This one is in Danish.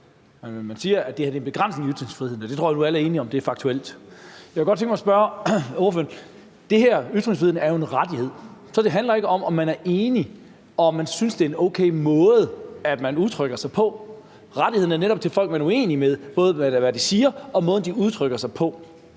man siger, at det her er en begrænsning af ytringsfriheden, og det tror jeg nu alle er enige om er faktuelt. Det her med ytringsfrihed er jo en rettighed, så det handler ikke om, om man er enig, og om man synes, det er en okay måde, nogen udtrykker sig på. Rettigheden er netop til folk, man er uenig med, både i, hvad de siger, og måden, de udtrykker sig på.